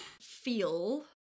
feel